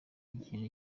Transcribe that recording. ikintu